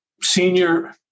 senior